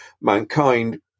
mankind